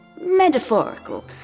metaphorical